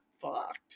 fucked